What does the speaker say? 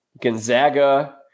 Gonzaga